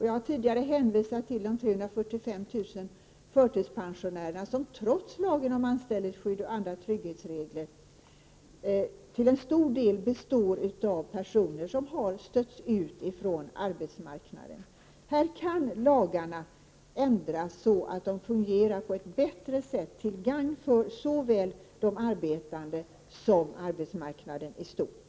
Jag har tidigare hänvisat till de 345 000 förtidspensionärer som trots lagen om anställningsskydd och andra trygghetsregler till stor del består av personer som har stötts ut från arbetsmarknaden. Lagarna kan ändras så att de fungerar på ett bättre sätt till gagn för såväl de arbetande som arbetsmarknaden i stort.